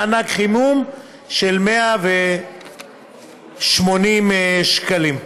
מענק חימום של 180 שקלים.